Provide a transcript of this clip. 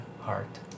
heart